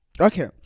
okay